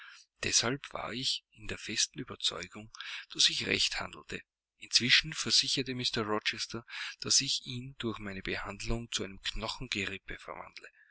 deshalb war ich der festen überzeugung daß ich recht handelte inzwischen versicherte mr rochester daß ich ihn durch meine behandlung zu einem knochengerippe